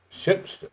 ships